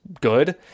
good